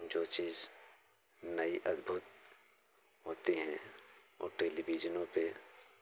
जो चीज़ नई अद्भुत होती हैं ओ टेलिभिजनों पर